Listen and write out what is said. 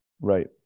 right